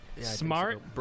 Smart